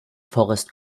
forest